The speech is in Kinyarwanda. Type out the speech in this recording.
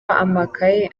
amakaye